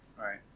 Right